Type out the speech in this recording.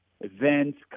events